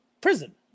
prison